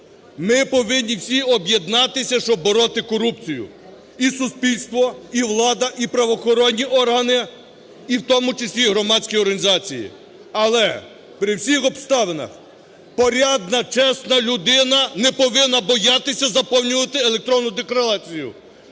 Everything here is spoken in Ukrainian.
ми повинні всі об'єднатися, щоб бороти корупцію – і суспільство, і влада, і правоохоронні органи, і в тому числі і громадські організації. Але при всіх обставинах порядна, чесна людина не повинна боятися заповнювати електронну декларацію.